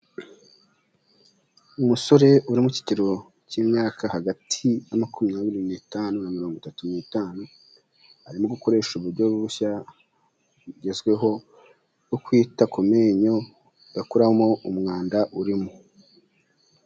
Umusore uri mu kigero cy'imyaka hagati ya makumyabiri n'itanu na mirongo itatu n'itanu, arimo gukoresha uburyo bushya bugezweho bwo kwita ku menyo, akuramo umwanda urimo.